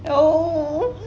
oh